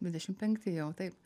dvidešimt penkti jau taip